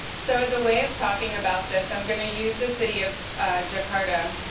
so as a way of talking about this i'm going to use the city of jakarta.